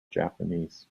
japanese